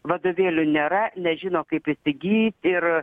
vadovėlių nėra nežino kaip įsigyti ir